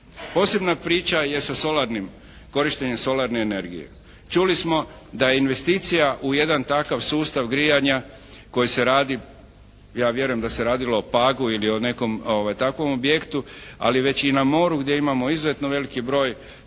Posebna priča je sa solarnim, korištenjem solarne energije. Čuli smo se da je investicija u jedan takav sustav grijanja koji se radi, ja vjerujem da se radilo o Pagu ili nekom takvom objektu, ali već i na moru gdje imamo izuzetno veliki broj